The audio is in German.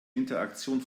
interaktion